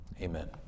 amen